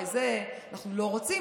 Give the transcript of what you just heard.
הרי את זה אנחנו לא רוצים,